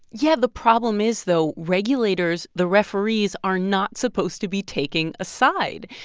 yeah, the problem is, though, regulators, the referees, are not supposed to be taking a side.